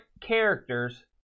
characters